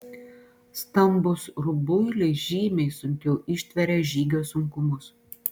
stambūs rubuiliai žymiai sunkiau ištveria žygio sunkumus